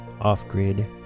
Off-Grid